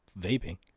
vaping